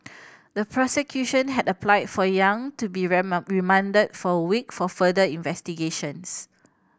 the prosecution had applied for Yang to be remanded for a week for further investigations